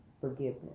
forgiveness